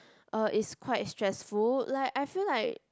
uh is quite stressful like I feel like